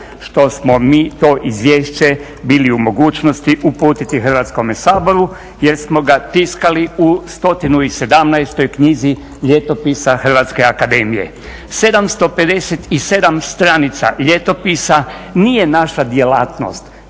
što smo mi to izvješće bili u mogućnosti uputiti Hrvatskom saboru jer smo ga tiskali u 117. knjizi ljetopisa Hrvatske akademije. 757 stranica ljetopisa nije naša djelatnost,